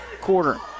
quarter